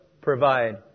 provide